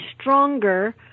stronger